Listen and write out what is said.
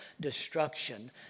destruction